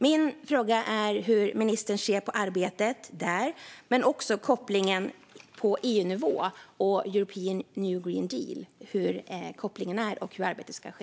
Min fråga är hur ministern ser på arbetet där men också på kopplingen på EU-nivå och till European Green Deal. Hur är kopplingen, och hur ska arbetet ske?